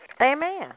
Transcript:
Amen